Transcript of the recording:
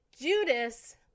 Judas